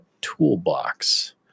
toolbox